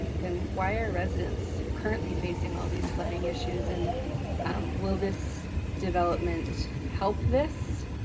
then why are residents currently facing all these flooding issues and will this development help this?